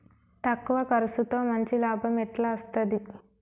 తక్కువ కర్సుతో మంచి లాభం ఎట్ల అస్తది?